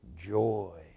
joy